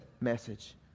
message